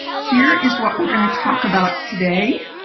here is what we are going to talk about today